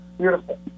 beautiful